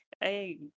hey